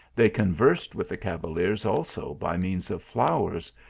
they conversed with the cavaliers also by means of flowers,